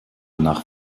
nach